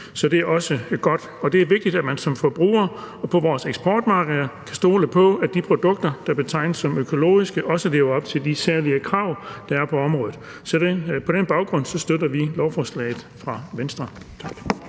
Så det er også godt. Det er vigtigt, at man som forbruger og på vores eksportmarkeder kan stole på, at de produkter, der betegnes som økologiske, også lever op til de særlige krav, der er på området. Så på den baggrund støtter Venstre lovforslaget. Tak.